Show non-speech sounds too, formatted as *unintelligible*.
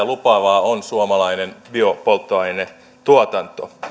*unintelligible* lupaavaa on suomalainen biopolttoainetuotanto